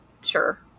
sure